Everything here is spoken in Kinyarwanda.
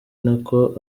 nako